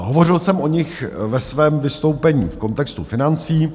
Hovořil jsem o nich ve svém vystoupení v kontextu financí.